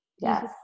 Yes